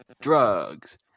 drugs